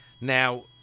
Now